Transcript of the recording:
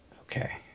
Okay